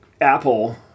Apple